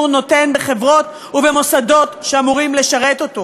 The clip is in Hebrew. נותן בחברות ובמוסדות שאמורים לשרת אותו,